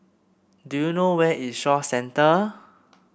do you know where is Shaw Centre